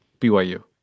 BYU